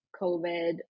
COVID